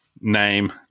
name